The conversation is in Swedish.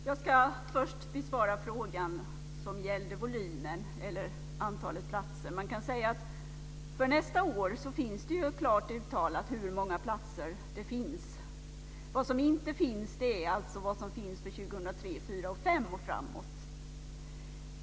Herr talman! Jag ska först besvara frågan som gällde antalet platser. För nästa år finns det ju klart uttalat hur många platser det finns. Vad som inte är uttalat är alltså hur många platser som finns för åren 2003, 2004, 2005 och framåt.